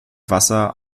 wasser